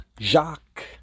Jacques